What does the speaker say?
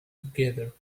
together